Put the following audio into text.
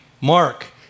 Mark